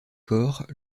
corps